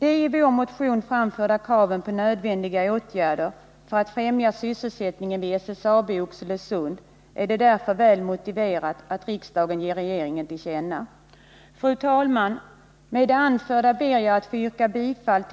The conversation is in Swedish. De i vår motion framförda kraven på nödvändiga åtgärder för att främja sysselsättningen vid SSAB i Oxelösund är därför väl motiverade, och riksdagen bör ge regeringen detta till känna. Fru talman! Med det anförda ber jag att få yrka bifall